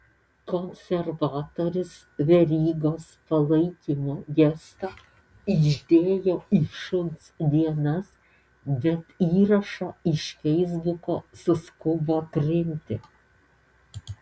konservatorius verygos palaikymo gestą išdėjo į šuns dienas bet įrašą iš feisbuko suskubo trinti